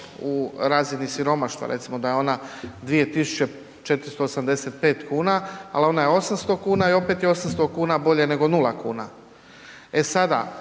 u razini siromaštva, recimo da je ona 2.485,00 kn, al ona je 800,00 kn i opet je 800,00 kn bolje nego 0,00 kn.